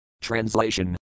Translation